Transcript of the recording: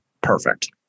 perfect